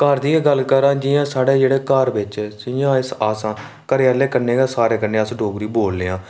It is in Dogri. घर दी गै गल्ल करना जि'यां साढ़े घर बिच जि'यां अस आं घरै आह्ले कन्नै गै जि'यां अस आं कि डोगरी बोलने आं